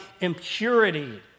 impurity